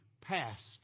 passed